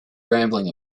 rambling